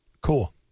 Cool